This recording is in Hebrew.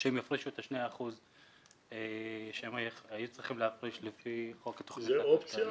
שהם יפרישו את ה-2% שהם היו צריכים להפריש לפי חוק --- זה אופציה?